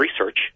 research